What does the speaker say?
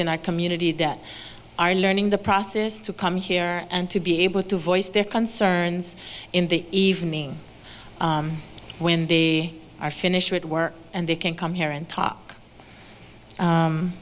in our community that are learning the process to come here and to be able to voice their concerns in the evening when they are finished or at work and they can come here and talk